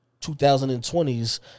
2020s